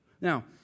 Now